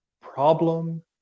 problem